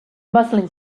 muslin